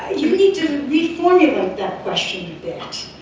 you need to reformulate that question,